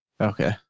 Okay